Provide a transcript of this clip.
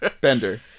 Bender